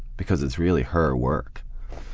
because it's really her work.